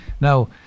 Now